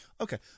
Okay